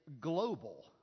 global